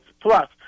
plus